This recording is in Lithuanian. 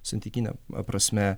santykine prasme